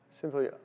Simply